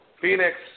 Phoenix